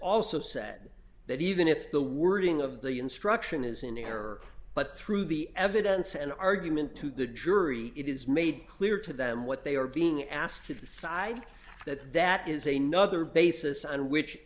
also said that even if the wording of the instruction is in error but through the evidence and argument to the jury it is made clear to them what they are being asked to decide that that is a nother basis on which